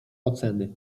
oceny